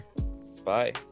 Bye